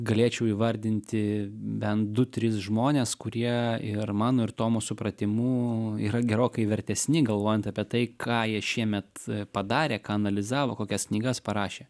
galėčiau įvardinti bent du tris žmones kurie ir mano ir tomo supratimu yra gerokai vertesni galvojant apie tai ką jie šiemet padarė ką analizavo kokias knygas parašė